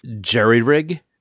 Jerry-rig